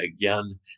again